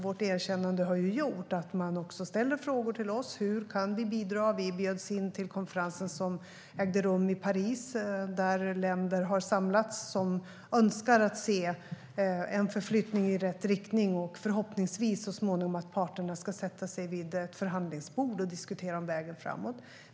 Vårt erkännande har gjort att andra ställer frågor till oss om hur de kan bidra. Sverige bjöds in till konferensen som ägde rum i Paris. Länder som önskar se en förflyttning i rätt riktning samlades där. Förhoppningen är att parterna så småningom ska sätta sig vid ett förhandlingsbord och diskutera vägen framåt.